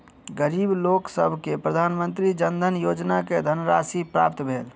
गरीब लोकसभ के प्रधानमंत्री जन धन योजना के धनराशि प्राप्त भेल